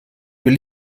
will